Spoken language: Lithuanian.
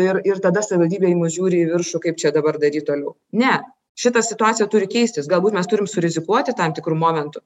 ir ir tada savivaldybė į mus žiūri į viršų kaip čia dabar daryt toliau ne šita situacija turi keistis galbūt mes turim surizikuoti tam tikru momentu